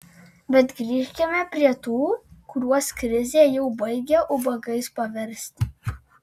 bet grįžkime prie tų kuriuos krizė jau baigia ubagais paversti